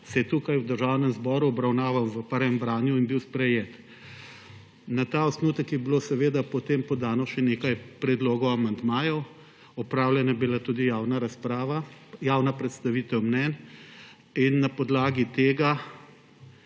se je v Državnem zboru obravnaval v prvem branju in bil sprejet. Na ta osnutek je bilo seveda potem podano še nekaj predlogov amandmajev, opravljena je bila tudi javna predstavitev mnenj. Na podlagi tega